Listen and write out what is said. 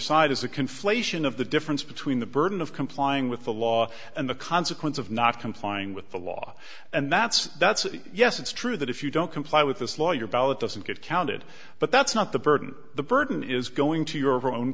of the difference between the burden of complying with the law and the consequence of not complying with the law and that's that's yes it's true that if you don't comply with this law your ballot doesn't get counted but that's not the burden the burden is going to your own